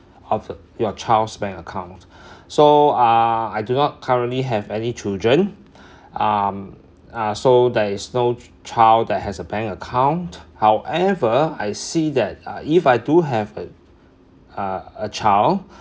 of the your child's bank account so uh I do not currently have any children um uh so there is no child that has a bank account however I see that uh if I do have a uh a child